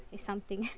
is something